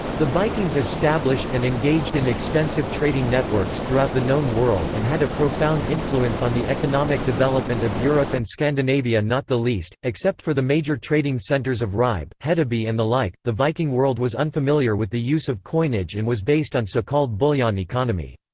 the vikings established and engaged in extensive trading networks throughout the known world and had a profound influence on the economic development of europe and scandinavia not the least except for the major trading centres of ribe, hedeby and the like, the viking world was unfamiliar with the use of coinage and was based on so called bullion economy.